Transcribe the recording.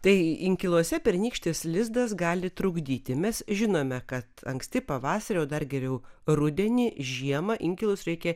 tai inkiluose pernykštis lizdas gali trukdyti mes žinome kad anksti pavasarį o dar geriau rudenį žiemą inkilus reikia